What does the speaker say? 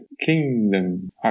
Kingdom